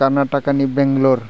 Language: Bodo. कर्नाटकानि बेंग्ल'र